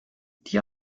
die